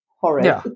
horrid